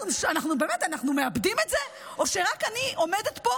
אנחנו באמת מאבדים את זה או שרק אני עומדת פה